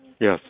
Yes